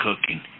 cooking